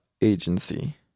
agency